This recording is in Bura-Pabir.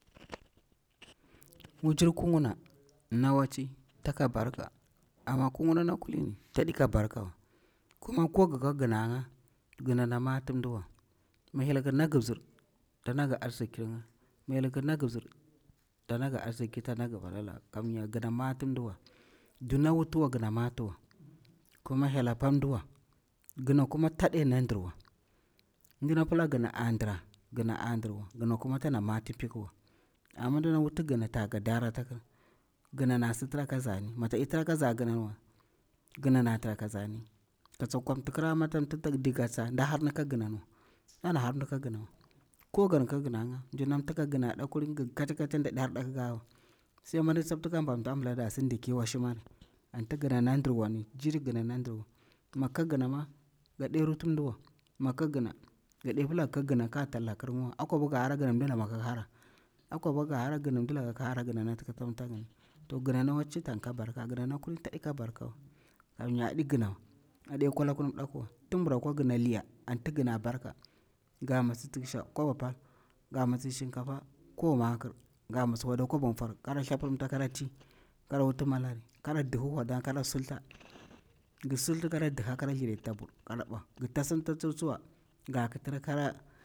﻿Wujir kungna na wacci taka barka amma kunna na kulini taɗi ka barkawa, kuma ko gika gina nga, gina na mati mdiwa, mi hyel ki nagi bzir ta nagi arziki, ta nagi matsala kamya gina mati mdiwa, duna wutiwa gina matiwa, kuma hyela pan mdiwa, gina kuma taɗenan ndirwa mdina pila gina an ndira gina an dirwa, gina kuma tana mating pikiwa, ama mdina wuti gina ta gadara ta kir ginan asi tra ka zani mi ta di si tra kaza ginanwa ginan a tra ka zani ta tsak kwanti kira ma mi tam mti tak di ga tsa nda harni ka ginanwa nda na har mdi ka ginawa ko gan ka ginanga mjina mti ka ginada kulin ga kaca kaca nda di harda kikawa, gaɗe tello kir ngiwa a kwabi ga hara gina mji ki hara, gina na waci ka barka, sai mindi tsapti ka mbamta kambla dasi ndiki washmari anti gina nandirnuwa jiri gina nandirwa migna ka ginama gade rutum mdiwa mig ka gina gade pila gi ka gina kagi talla girngiwa akwabi gi hara gina mdi damwo ki hara akwabi gi hara gina mdilaka ki hara nati ki tramta ninga to gina na waci tanka barka gina na kulin tadika barkawa kanya adi ginawa ade kwa laku nap dakuwa tum burakwa gina na liya anti gina barka ga mas tiksha kob pal ga mas shinkafa kob makir ga mas wada kob nfor kar thepramta kara ti kara wuti malari kara dihhi wadanga kara sulta gi sulta kara dihha kara therita bur kara bwa gi tasimtata tsuwa ga kitra ka.